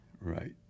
Right